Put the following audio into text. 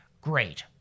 Great